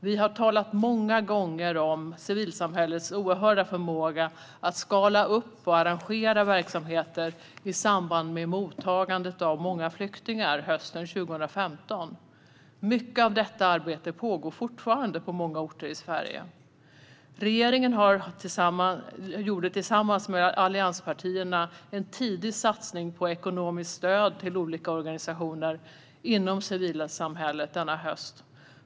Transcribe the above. Vi har många gånger talat om civilsamhällets oerhörda förmåga att skala upp och arrangera verksamheter i samband med mottagandet av många flyktingar hösten 2015. Mycket av detta arbete pågår fortfarande på många orter i Sverige. Regeringen gjorde tillsammans med allianspartierna en tidig satsning på ekonomiskt stöd till olika organisationer inom civilsamhället den hösten.